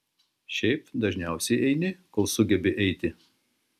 šiaip dažniausiai eini kol sugebi eiti